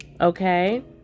okay